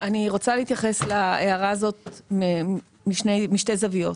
אני רוצה להתייחס להערה הזאת משתי זוויות.